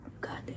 God